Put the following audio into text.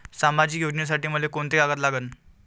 सामाजिक योजनेसाठी मले कोंते कागद लागन?